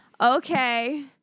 Okay